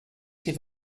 give